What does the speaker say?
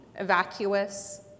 evacuous